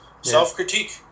Self-critique